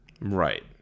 Right